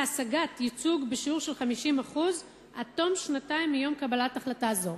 ייצוג בשיעור של 50% עד תום שנתיים מיום קבלת החלטה זו.